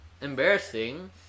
embarrassing